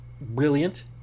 brilliant